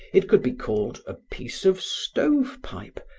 it could be called a piece of stove pipe,